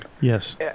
yes